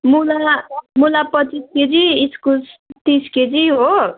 मुला मुला पच्चिस केजी इस्कुस तिस केजी हो